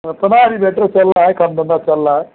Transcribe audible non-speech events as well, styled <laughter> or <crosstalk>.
<unintelligible> अभी बेटर चल रहा है काम धंधा चल रहा है